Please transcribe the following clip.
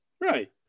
Right